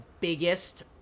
biggest